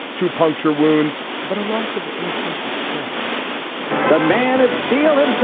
two puncture wounds, but a loss of innocence itself the man feeling